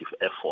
effort